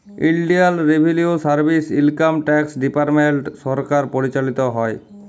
ইলডিয়াল revenue service, income tax department সরকার পরিচালিত হ্যয়